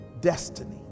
destiny